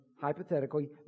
hypothetically